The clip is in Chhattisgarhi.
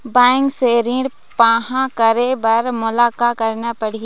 बैंक से ऋण पाहां करे बर मोला का करना पड़ही?